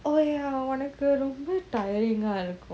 oh ya உனக்குரொம்ப:unaku romba time ah இருக்கும்:irukum